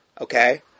Okay